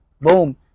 Boom